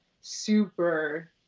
super